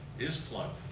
is plugged.